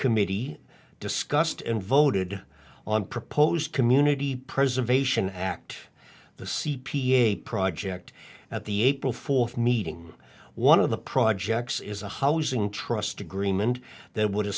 committee discussed and voted on proposed community preservation act the c p a project at the april fourth meeting one of the projects is a housing trust agreement that would